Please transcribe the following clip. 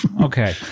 Okay